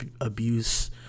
abuse